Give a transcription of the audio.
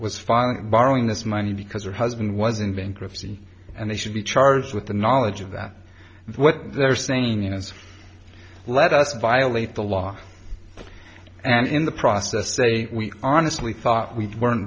and borrowing this money because her husband was in bankruptcy and they should be charged with the knowledge of that what they're saying is let us violate the law and in the process say we honestly thought we were